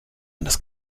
anders